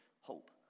hope